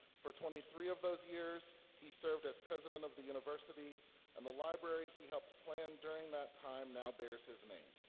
for twenty three of those years, he served as president of the university and the library he helped plan during that time now bears his name.